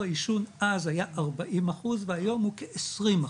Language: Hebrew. העישון אז היה 40 אחוז והיום הוא כ-20 אחוז,